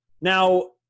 Now